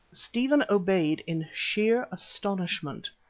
stephen obeyed in sheer astonishment.